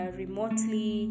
remotely